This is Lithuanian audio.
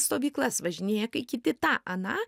stovyklas važinėja kai kiti tą aną